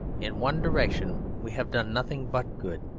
in one direction we have done nothing but good.